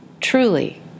Truly